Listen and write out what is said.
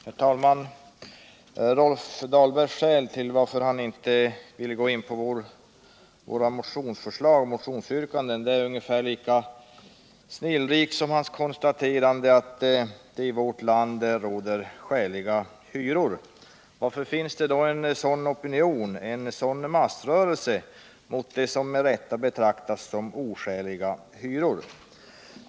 Herr talman! Rolf Dahlbergs skäl till att han inte ville gå in på våra motionsyrkanden är ungefär lika snillrika som hans konstaterande att det i vårt land råder skäliga hyror. Varför finns då en sådan opinion, en sådan massrörelse mot det som med rätta betraktas som oskäliga hyror?